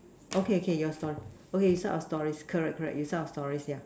okay Kay yours first okay you start your story correct correct you start your story yeah